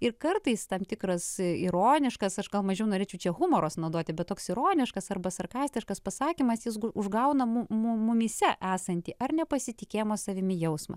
ir kartais tam tikras ironiškas aš gal mažiau norėčiau čia humoras naudoti bet toks ironiškas arba sarkastiškas pasakymas jis užgaunam mu mumyse esantį ar nepasitikėjimo savimi jausmą